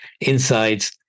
insights